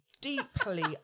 deeply